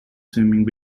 swimming